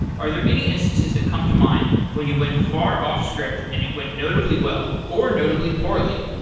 are there any instances that come to mind when you went far off script and it went notably well, or notably poorly?